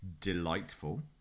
delightful